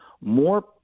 more